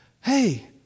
Hey